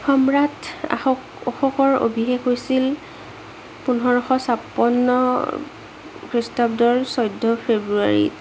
সম্ৰাট অশোকৰ অভিষেক হৈছিল পোন্ধৰশ ছাপন্ন খ্ৰীষ্টাব্দৰ চৈধ্য ফেব্ৰুৱাৰীত